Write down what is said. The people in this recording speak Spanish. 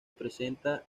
presenta